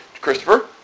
Christopher